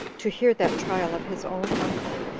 to hear that trial of his own uncle,